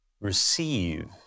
receive